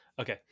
Okay